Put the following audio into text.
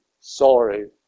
sorry